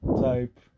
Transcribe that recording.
type